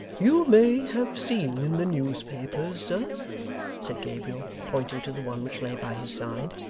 you may have seen in the newspapers, sir said gabriel, pointing to the one which lay by his side,